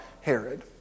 Herod